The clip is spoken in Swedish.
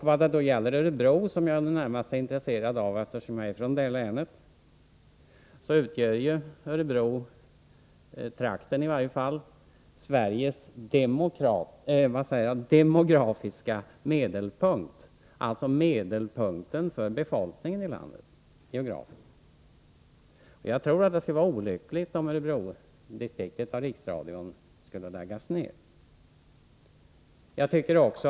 Vad sedan beträffar Örebrodistriktet, som jag är närmast intresserad av eftersom jag kommer från Örebro län, utgör Örebrotrakten Sveriges demografiska centrum, alltså geografisk medelpunkt för befolkningen i landet. Jag tror att det skulle vara olyckligt om produktionen av Riksradions progam i Örebrodistriktet skulle läggas ned.